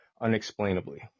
unexplainably